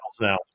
now